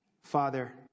Father